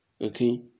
Okay